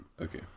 okay